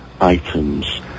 items